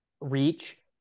reach